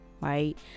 right